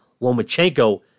Lomachenko